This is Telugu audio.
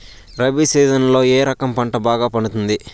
రబి సీజన్లలో ఏ రకం పంట బాగా పండుతుంది